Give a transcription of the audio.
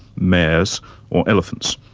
mares or elephants.